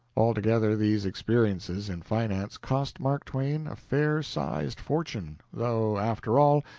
altogether, these experiences in finance cost mark twain a fair-sized fortune, though, after all,